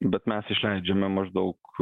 bet mes išleidžiame maždaug